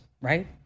right